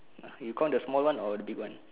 ya you count the small one or the big one